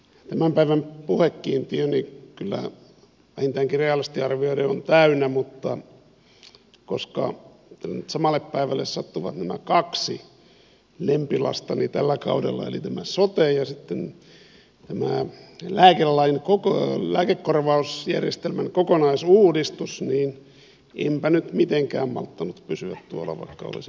tämän päivän puhekiintiöni kyllä vähintäänkin realistisesti arvioiden on täynnä mutta koska samalle päivälle sattuivat nämä kaksi lempilastani tällä kaudella eli tämä sote ja sitten tämä lääkekorvausjärjestelmän kokonaisuudistus niin enpä nyt mitenkään malttanut pysyä tuolla vaikka olisi pitänyt